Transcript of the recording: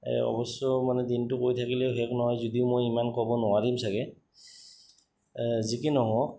অৱশ্য মানে দিনটো কৈ থাকিলেও শেষ নহয় যদিও মই ইমান ক'ব নোৱাৰিম চাগে যিকি নহওক